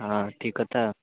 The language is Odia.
ହଁ ଠିକ୍ କଥା ଆଉ